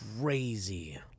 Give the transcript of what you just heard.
crazy